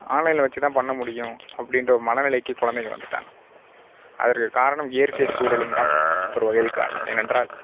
ஆன்லைனில் வச்சுதான் பண்ணமுடியும் அப்படின்ற ஒரு மனநிலைக்குக் குழந்தைகள் வந்துவிட்டாங்க அதற்குக் காரணம் இயற்கைச் சூழலும் தான் ஒரு வகையில் காரணம் ஏன்னென்றால்